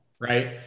right